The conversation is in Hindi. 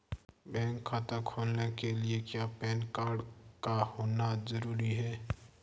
बैंक खाता खोलने के लिए क्या पैन कार्ड का होना ज़रूरी है?